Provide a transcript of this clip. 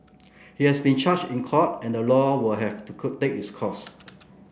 he has been charged in court and the law will have to its course